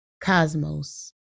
Cosmos